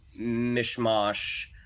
mishmash